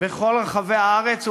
בכל רחבי הארץ ובירושלים.